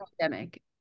pandemic